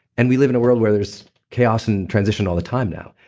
and we live in a world where there's chaos and transition all the time now.